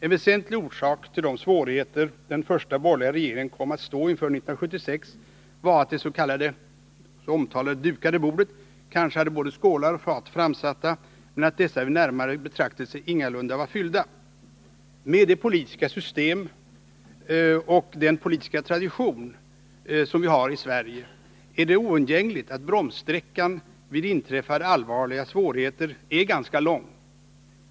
En väsentlig orsak till de svårigheter den första borgerliga regeringen kom att stå inför 1976 var att det omtalade dukade bordet kanske hade både skålar och fat framsatta, men att dessa vid närmare betraktande visade sig ingalunda vara fyllda. Med det politiska system och den politiska tradition som vi har i Sverige är det oundgängligt att bromssträckan vid inträffade allvarliga svårigheter är ganska lång.